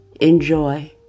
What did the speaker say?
enjoy